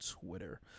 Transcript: twitter